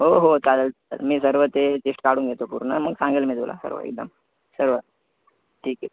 हो हो चालल मी सर्व ते लिश्ट काढून घेतो पूर्ण मग सांगेल मी तुला सर्व एकदम सर्व ठीक आहे